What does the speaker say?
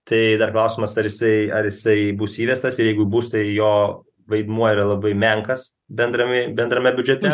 tai dar klausimas ar jisai ar jisai bus įvestas ir jeigu bus tai jo vaidmuo yra labai menkas bendrame bendrame biudžete